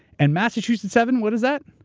and massachusetts seven, what is that?